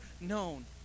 known